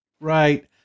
right